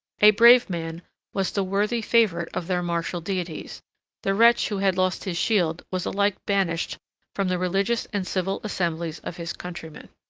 a brave man was the worthy favorite of their martial deities the wretch who had lost his shield was alike banished from the religious and civil assemblies of his countrymen.